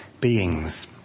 beings